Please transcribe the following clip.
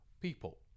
people